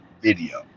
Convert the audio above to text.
video